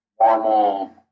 normal